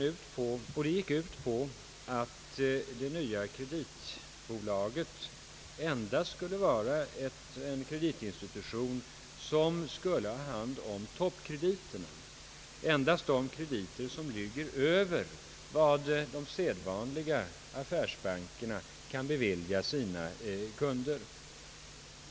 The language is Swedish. Han hävdar nämligen att det nya kreditbolaget endast skall vara en kreditinstitution som skall ha hand om toppkrediterna, således endast de krediter som ligger över vad de sedvanliga affärsbankerna kan bevilja sina kunder.